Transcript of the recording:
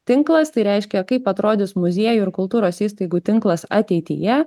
tinklas tai reiškia kaip atrodys muziejų ir kultūros įstaigų tinklas ateityje